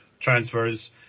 transfers